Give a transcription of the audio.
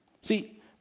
See